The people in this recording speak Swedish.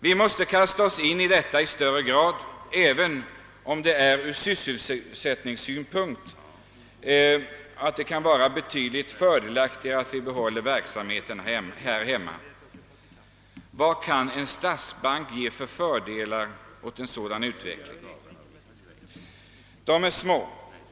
Vi måste ge oss in på detta i större utsträckning, även om det från sysselsättningssynpunkt kan vara betydligt fördelaktigare att behålla verksamheten här hemma. Vilka fördelar kan en statsbank innebära när det gäller en sådan utveckling? De är små.